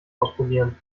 ausprobieren